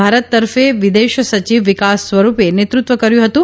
ભારત તરફે વિદેશ સચિવ વિકાસ સ્વરૂપે નેતૃત્વ કર્યું હતુ